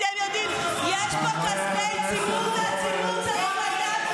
שאנחנו ראינו אותם, היא עומדת ומשמיצה, למה?